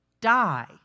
die